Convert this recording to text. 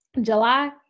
July